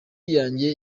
yanjye